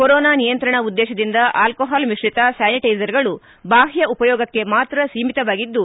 corona ನಿಯಂತ್ರಣ ಉದ್ನೇಶದಿಂದ ಆಲೋಹಾಲ್ ಮಿಶ್ರಿತ ಸ್ಥಾನಿಟೈಸರ್ಗಳು ಬಾಹ್ಯ ಉಪಯೋಗಕ್ಕೆ ಮಾತ್ರ ಸೀಮಿತವಾಗಿದ್ದು